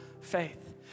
faith